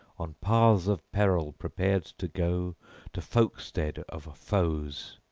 on paths of peril prepared to go to folkstead of foes.